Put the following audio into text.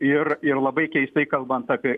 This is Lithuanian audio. ir ir labai keistai kalbant apie